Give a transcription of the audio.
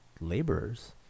laborers